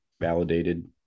validated